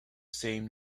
same